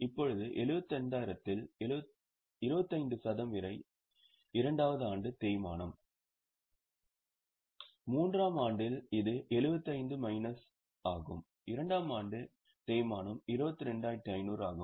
இப்போது 75000 இல் 25 சதவிகிதம் வரை இரண்டாவது ஆண்டு தேய்மானம் மூன்றாம் ஆண்டில் இது 75 மைனஸ் இரண்டாவது ஆண்டு தேய்மானம் ஆகும் அதாவது 22500 ஆகும்